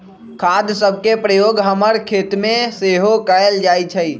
खाद सभके प्रयोग हमर खेतमें सेहो कएल जाइ छइ